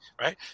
Right